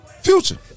Future